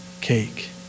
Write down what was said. cake